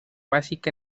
básica